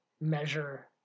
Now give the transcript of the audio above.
measure